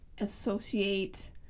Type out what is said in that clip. associate